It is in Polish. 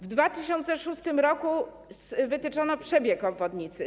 W 2006 r. wytyczono przebieg obwodnicy.